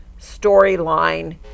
storyline